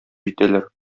җитәләр